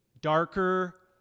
darker